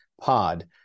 pod